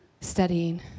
studying